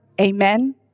Amen